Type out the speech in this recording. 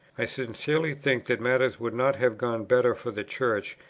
i sincerely think that matters would not have gone better for the church,